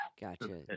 Gotcha